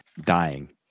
dying